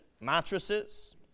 mattresses